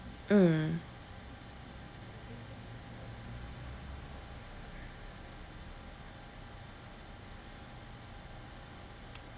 mm